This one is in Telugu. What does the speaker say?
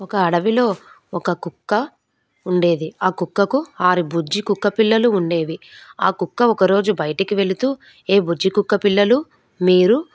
ఒక అడవిలో ఒక కుక్క ఉండేది ఆ కుక్కకు ఆరు బుజ్జి కుక్కపిల్లలు ఉండేవి ఆ కుక్క ఒకరోజు బయటికి వెళుతూ ఏ బుజ్జి కుక్క పిల్లలు మీరు